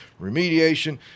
Remediation